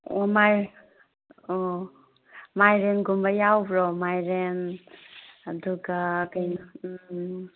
ꯑꯣ ꯃꯥꯏꯔꯦꯟꯒꯨꯝꯕ ꯌꯥꯎꯕ꯭ꯔꯣ ꯃꯥꯏꯔꯦꯟ ꯑꯗꯨꯒ ꯀꯩꯅꯣ